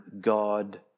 God